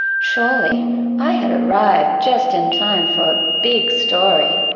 surely i had arrived just in time for a big story.